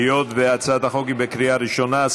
היות שהצעת החוק היא בקריאה ראשונה,